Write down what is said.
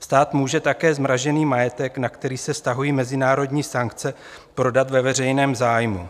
Stát může také zmražený majetek, na který se vztahují mezinárodní sankce, prodat ve veřejném zájmu.